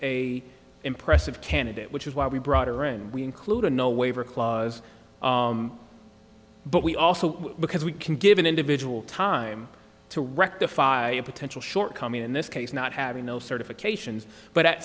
a impressive candidate which is why we brought her and we include a no waiver clause but we also because we can give an individual time to rectify a potential shortcoming in this case not having no certifications but at